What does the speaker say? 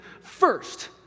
first